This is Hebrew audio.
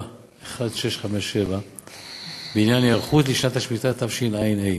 1657 בעניין היערכות לשנת השמיטה תשע"ה.